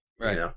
right